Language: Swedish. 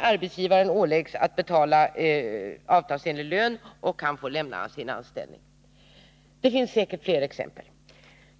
Arbetsgivaren åläggs att betala avtalsenlig lön, och eleven får lämna sin anställning. Det finns säkert fler exempel.